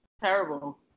Terrible